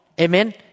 Amen